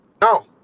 no